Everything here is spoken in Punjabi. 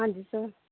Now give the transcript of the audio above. ਹਾਂਜੀ ਸਰ